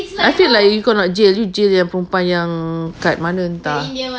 I feel like you kalau jail yang perempuan yang kata mana tak